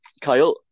Kyle